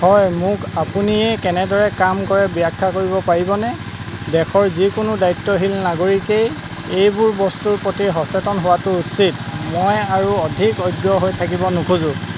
হয় মোক আপুনি ই কেনেদৰে কাম কৰে ব্যাখ্যা কৰিব পাৰিবনে দেশৰ যিকোনো দায়িত্বশীল নাগৰিকেই এইবোৰ বস্তুৰ প্ৰতি সচেতন হোৱাটো উচিত মই আৰু অধিক অজ্ঞ হৈ থাকিব নোখোজো